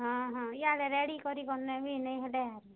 ହଁ ହଁ ଇଆଡ଼େ ରେଡ଼ି କରିକି ନେବି ନେଇ ହେଲେ ଆରୁ